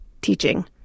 teaching